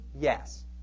yes